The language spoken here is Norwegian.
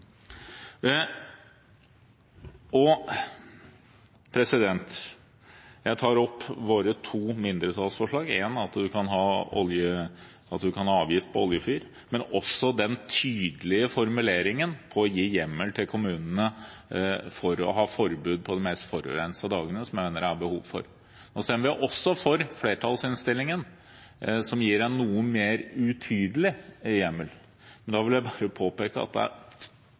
Jeg tar opp våre to mindretallsforslag. Det ene går på å kunne innføre avgifter på oljefyr, det andre har en tydelig formulering på å gi kommunene hjemmel til å innføre forbud på de mest forurensede dagene, som jeg mener det er behov for. Så stemmer vi også for flertallsinnstillingen, som gir en noe mer utydelig hjemmel. Men da vil jeg påpeke at